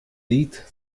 lied